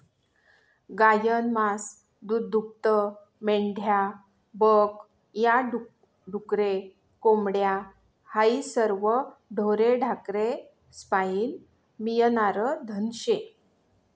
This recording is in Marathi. गायनं मास, दूधदूभतं, मेंढ्या बक या, डुकरे, कोंबड्या हायी सरवं ढोरे ढाकरेस्पाईन मियनारं धन शे